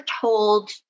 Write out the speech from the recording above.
told